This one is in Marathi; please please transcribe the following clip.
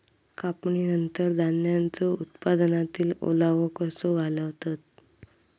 कापणीनंतर धान्यांचो उत्पादनातील ओलावो कसो घालवतत?